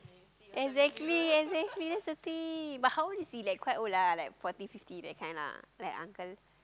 exactly exactly that's the thing but how old is he like quite old lah like forty fifty that kind lah like uncle